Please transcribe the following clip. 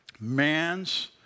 man's